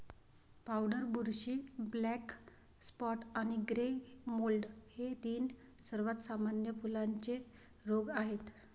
powder बुरशी, black spot आणि grey mould हे तीन सर्वात सामान्य फुलांचे रोग आहेत